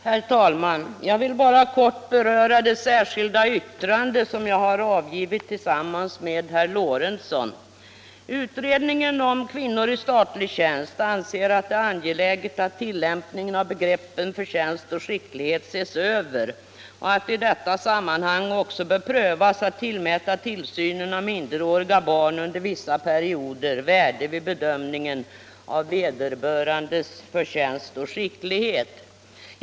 Herr talman! Jag vill bara kortfattat beröra det särskilda yttrandet som jag har avgivit tillsammans med herr Lorentzon. Utredningen som avgivit betänkandet Kvinnor i statlig tjänst anser det angeläget att tillämpningen av begreppen förtjänst och skicklighet ses över och att vi i detta sammanhang också bör pröva frågan om att tillmäta tillsynen av minderåriga barn under vissa perioder värde vid bedömningen av vederbörandes förtjänst och skicklighet.